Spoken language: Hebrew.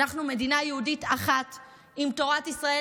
אנחנו מדינה יהודית אחת עם תורת ישראל